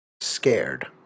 Scared